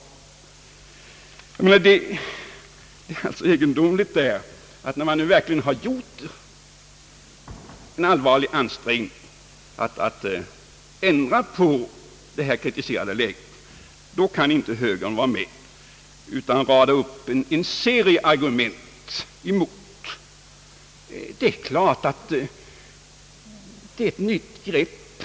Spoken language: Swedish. Det är egendomligt att konstatera, att när man verkligen gjort en allvarlig ansträngning att ändra på det kritiserade läget, då kan högern ändå inte var med utan radar i stället upp en serie argument mot förslaget. Det är klart att detta förslag är ett nytt grepp.